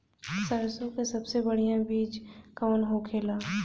सरसों का सबसे बढ़ियां बीज कवन होखेला?